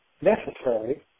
necessary